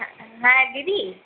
হ্যাঁ হ্যাঁ দিদি